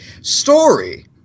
story